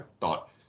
thought